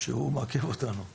שמעכב אותנו כרגע.